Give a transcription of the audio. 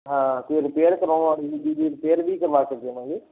ਹਾਂ ਕੋਈ ਰਿਪੇਅਰ ਕਰਵਾਉਣ ਵਾਲੀ ਰਿਪੇਅਰ ਵੀ ਕਰਵਾ ਕੇ ਦੇਵਾਂਗੇ